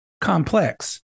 complex